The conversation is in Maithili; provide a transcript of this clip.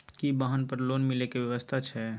की वाहन पर लोन मिले के व्यवस्था छै?